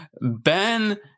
Ben